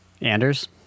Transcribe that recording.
Anders